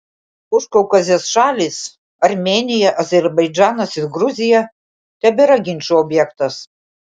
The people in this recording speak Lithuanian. užkaukazės šalys armėnija azerbaidžanas ir gruzija tebėra ginčų objektas